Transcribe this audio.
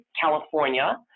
California